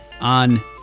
on